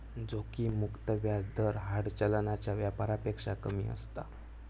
जोखिम मुक्त व्याज दर हार्ड चलनाच्या व्यापारापेक्षा कमी असता